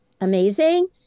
amazing